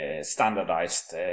standardized